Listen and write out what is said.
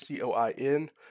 COIN